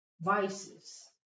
vices